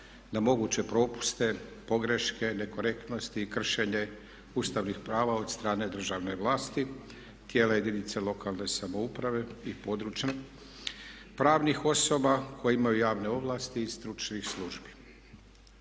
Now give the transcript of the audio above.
na moguće propuste, pogreške, nekorektnosti i kršenje ustavnih prava od strane državne vlasti, tijela jedinice lokalne samouprave i područja pravnih osoba koje imaju javne ovlasti i stručnih službi.